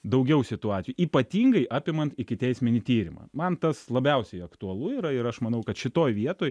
daugiau situacijų ypatingai apimant ikiteisminį tyrimą man tas labiausiai aktualu yra ir aš manau kad šitoj vietoj